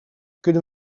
kunnen